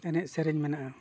ᱮᱱᱮᱡ ᱥᱮᱨᱮᱧ ᱢᱮᱱᱟᱜᱼᱟ